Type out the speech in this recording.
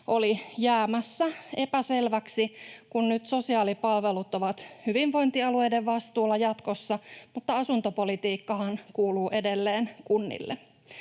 oli jäämässä epäselväksi, kun nyt sosiaalipalvelut ovat hyvinvointialueiden vastuulla jatkossa, mutta asuntopolitiikkahan kuuluu edelleen kunnille.